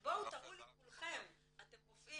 בואו תראו לי כולכם, אתם רופאים,